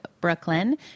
Brooklyn